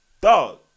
dog